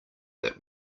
that